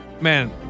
Man